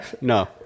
No